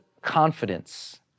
confidence